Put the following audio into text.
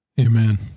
Amen